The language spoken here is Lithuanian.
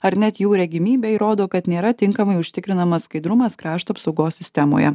ar net jų regimybė įrodo kad nėra tinkamai užtikrinamas skaidrumas krašto apsaugos sistemoje